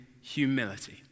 humility